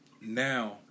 now